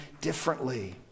differently